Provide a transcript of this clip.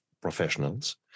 professionals